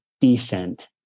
descent